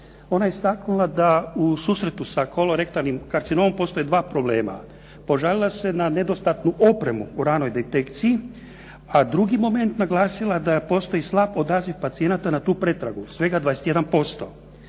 Ona je istaknula da u susretu sa kolorektalnim karcinom postoje dva problema. Požalila se na nedostatnu opremu u ranoj detekciji, a drugi moment je naglasila da postoji slab odaziv pacijenata na tu pretragu, svega 21%.